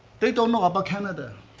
they don't know about canada.